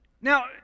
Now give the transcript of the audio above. Now